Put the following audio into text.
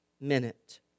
minute